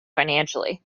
financially